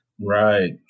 Right